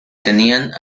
tenía